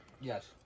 yes